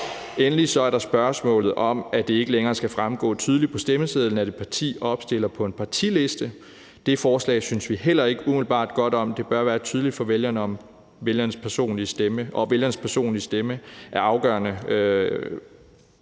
Endelig er der spørgsmålet om, at det ikke længere skal fremgå tydeligt på stemmesedlen, at et parti opstiller på en partiliste. Det forslag synes vi heller ikke umiddelbart godt om. Det bør være tydeligt for vælgerne, om vælgernes personlige stemme er afgørende, eller om det er partiet